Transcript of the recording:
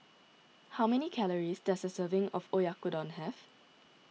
how many calories does a serving of Oyakodon have